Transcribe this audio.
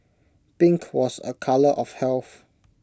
pink was A colour of health